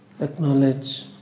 Acknowledge